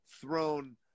thrown